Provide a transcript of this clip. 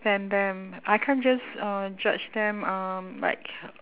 ~tand them I can't just uh judge them um like